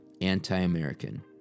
anti-American